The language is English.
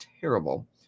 terrible